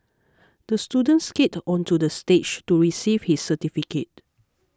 the student skated onto the stage to receive his certificate